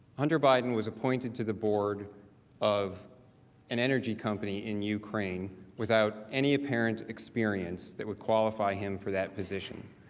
hunter biden was appointed to the board of an energy company in ukraine without any apparent experience that would qualify him for that position.